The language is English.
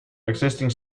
existing